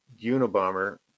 Unabomber